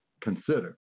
consider